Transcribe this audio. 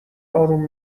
آروم